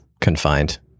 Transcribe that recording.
confined